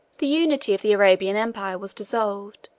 the unity of the arabian empire was dissolved,